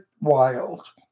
wild